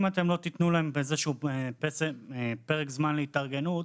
אם לא תתנו לעסקים חדשים איזשהו פרק זמן להתארגנות,